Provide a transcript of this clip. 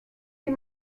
dem